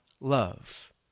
love